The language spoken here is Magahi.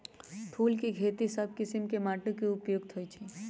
फूल के खेती सभ किशिम के माटी उपयुक्त होइ छइ